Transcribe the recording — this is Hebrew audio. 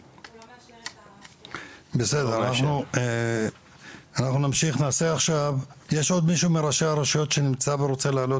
השעה 13:06. אני פותח את ישיבת וועדת